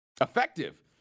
Effective